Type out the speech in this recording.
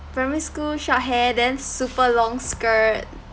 primary school short hair then super long skirt